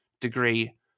degree